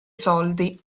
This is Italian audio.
soldi